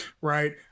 right